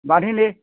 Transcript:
ବାନ୍ଧିଦେ